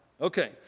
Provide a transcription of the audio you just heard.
Okay